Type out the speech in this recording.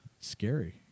scary